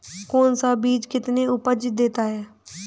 कौन सा बीज कितनी उपज देता है?